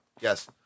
Yes